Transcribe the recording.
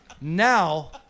now